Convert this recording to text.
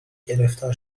گرفتار